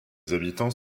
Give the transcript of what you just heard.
habitants